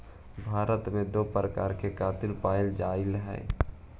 भारत में दो प्रकार कातिल पाया जाईल हई